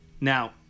Now